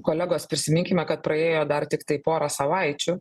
kolegos prisiminkime kad praėjo dar tiktai porą savaičių